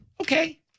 Okay